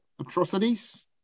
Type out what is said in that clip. atrocities